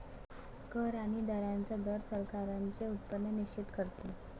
कर आणि दरांचा दर सरकारांचे उत्पन्न निश्चित करतो